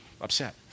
upset